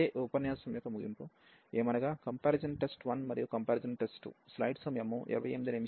ఇదే ఈ ఉపన్యాసం యొక్క ముగింపు ఏమనగా కంపారిజన్ టెస్ట్ 1 మరియు కంపారిజన్ టెస్ట్ 2